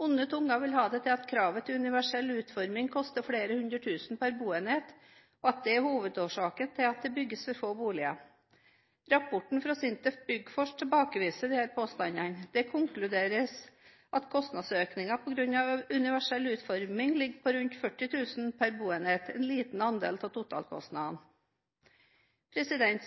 Onde tunger vil ha det til at kravet til universell utforming koster flere hundre tusen per boenhet, og at det er hovedårsaken til at det bygges for få boliger. Rapporten fra SINTEF Byggforsk tilbakeviser disse påstandene. Den konkluderer med at kostnadsøkningen på grunn av universell utforming ligger på rundt 40 000 per boenhet, en liten andel av totalkostnaden.